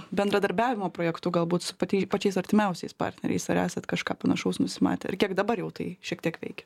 bendradarbiavimo projektu galbūt su pati pačiais artimiausiais partneriais ar esat kažką panašaus nusimatę ir kiek dabar jau tai šiek tiek veikia